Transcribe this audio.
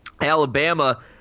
Alabama